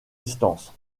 distances